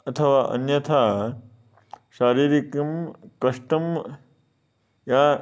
अथवा अन्यथा शारीरिकं कष्टं ये